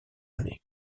année